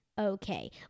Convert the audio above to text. Okay